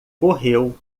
correu